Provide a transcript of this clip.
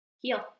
heal